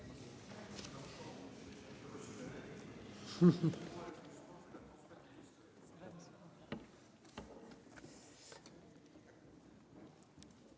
Merci